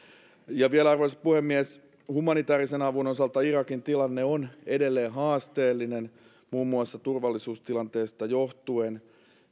ja vielä arvoisa puhemies humanitäärisen avun osalta irakin tilanne on edelleen haasteellinen muun muassa turvallisuustilanteesta johtuen